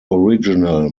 original